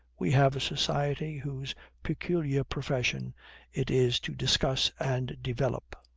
we have a society whose peculiar profession it is to discuss and develop.